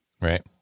Right